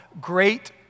great